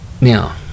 now